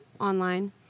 online